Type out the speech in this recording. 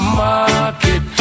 market